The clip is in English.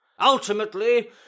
Ultimately